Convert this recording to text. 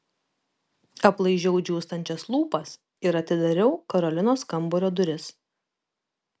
aplaižiau džiūstančias lūpas ir atidariau karolinos kambario duris